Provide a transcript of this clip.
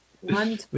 One